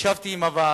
ישבתי עם הוועד,